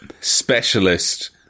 specialist